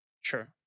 sure